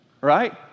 right